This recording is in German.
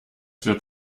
wird